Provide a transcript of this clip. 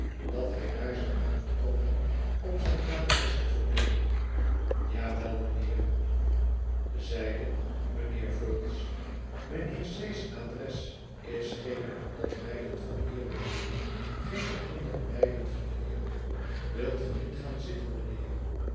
dat hij daar zou aankomen om zijn adres te vernemen ja wel mijnheer zeide mijnheer vholes mijnheer c's adres is geene honderd mijlen van hier mijnheer geene honderd mijlen van hier wilt ge niet gaan zitten mijnheer